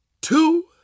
two